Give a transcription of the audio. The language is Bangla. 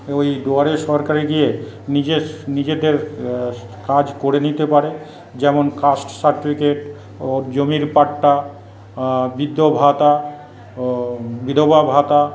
ওই দুয়ারে সরকারে গিয়ে নিজের নিজেদের কাজ করে নিতে পারে যেমন কাস্ট সার্টিফিকেট ও জমির পাট্টা বৃদ্ধ ভাতা ও বিধবা ভাতা